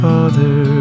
Father